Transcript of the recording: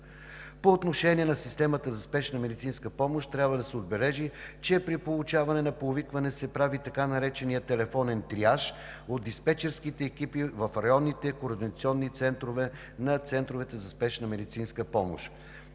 По отношение на системата за спешна медицинска помощ трябва да се отбележи, че при получаване на повикване се прави така нареченият „телефонен триаж“ от диспечерските екипи в районните координационни центрове на центровете за спешна медицинска помощ.